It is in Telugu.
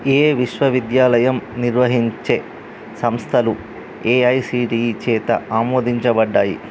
ఏ విశ్వవిద్యాలయం నిర్వహించే సంస్థలు ఏఐసిటిఈ చేత ఆమోదించబడ్డాయి